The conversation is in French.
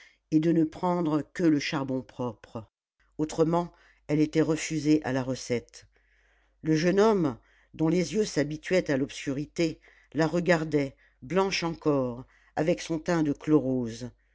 et de ne prendre que le charbon propre autrement elle était refusée à la recette le jeune homme dont les yeux s'habituaient à l'obscurité la regardait blanche encore avec son teint de